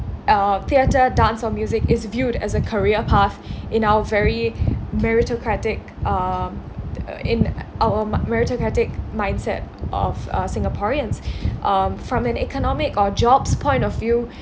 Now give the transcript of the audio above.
uh theatre dance or music is viewed as a career path in our very meritocratic um in our meritocratic mindset of uh singaporeans um from an economic or jobs' point of view